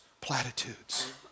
platitudes